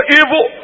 evil